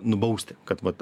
nubausti kad vat